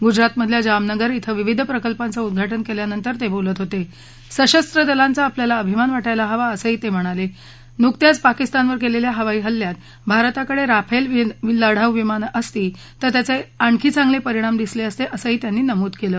गुजरातमधल्या जामनगर क्रं विविध प्रकल्पांचं उद्घाटन कल्यानंतर तव्विलत होत अशस्रदलांचा आपल्याला अभिमान वाटायला हवा असंही तक्रिणाला नुकत्याच पाकिस्तानवर क्लिल्बा हवाई हल्ल्यात भारताकड्याप्रिफ्लि लढाऊ विमानं असती तर त्याच आणखी चांगल पिरिणाम दिसल असत असंही त्यांनी नमूद कलि